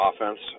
offense